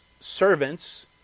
servants